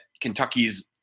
Kentucky's